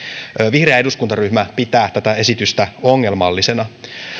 vihreä eduskuntaryhmä pitää tätä esitystä ongelmallisena